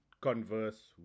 converse